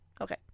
Okay